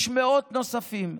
יש מאות נוספים.